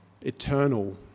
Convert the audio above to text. eternal